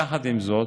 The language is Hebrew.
יחד עם זאת,